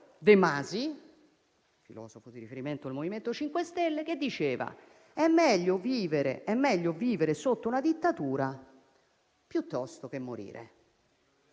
De Masi, filosofo di riferimento del MoVimento 5 Stelle, che diceva che è meglio vivere sotto una dittatura, piuttosto che morire.